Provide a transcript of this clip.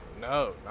no